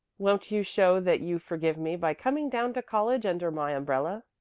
won't you show that you forgive me by coming down to college under my umbrella?